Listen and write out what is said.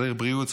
צריך בריאות,